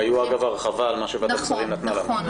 שהיו הרחבה על מה שוועדת השרים נתנה לנו.